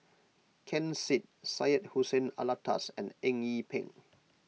Ken Seet Syed Hussein Alatas and Eng Yee Peng